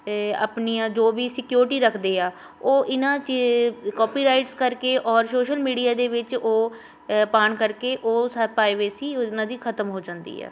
ਆਪਣੀਆਂ ਜੋ ਵੀ ਸਕਿਉਰਟੀ ਰੱਖਦੇ ਆ ਉਹ ਇਹਨਾਂ 'ਚ ਕੋਪੀਰਾਈਟਸ ਕਰਕੇ ਔਰ ਸੋਸ਼ਲ ਮੀਡੀਆ ਦੇ ਵਿੱਚ ਉਹ ਪਾਉਣ ਕਰਕੇ ਉਹ ਸ ਪ੍ਰਾਈਵੇਸੀ ਉਹਨਾਂ ਦੀ ਖਤਮ ਹੋ ਜਾਂਦੀ ਆ